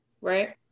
Right